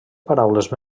paraules